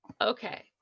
Okay